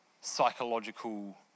psychological